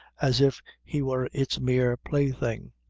as if he were its mere plaything.